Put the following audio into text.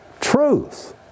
Truth